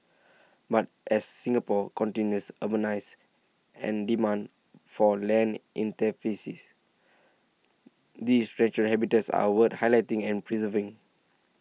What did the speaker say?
but as Singapore continues urbanise and demand for land intensifies these natural habitats are worth highlighting and preserving